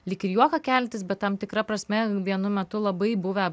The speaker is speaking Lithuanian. lyg ir juoką keliantys bet tam tikra prasme vienu metu labai buvę